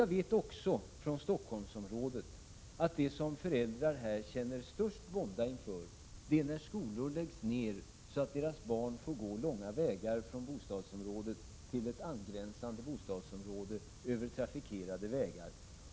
Jag vet också från Stockholmsområdet att det som föräldrar känner störst vånda inför är när skolor läggs ned så att deras barn får gå långa vägar från bostadsområdet till ett angränsande bostadsområde över trafikerade vägar.